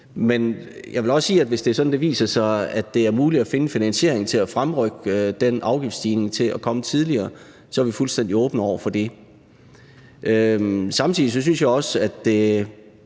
Men jeg vil også sige, at hvis det er sådan, at det viser sig muligt at finde finansieringen til at fremrykke den afgiftsstigning, så den kan komme tidligere, så er vi fuldstændig åbne over for det. Samtidig synes jeg også, at